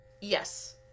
Yes